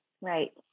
Right